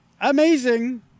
Amazing